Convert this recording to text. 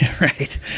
Right